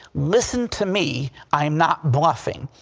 listen to me, i'm not bluffing.